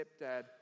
stepdad